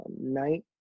night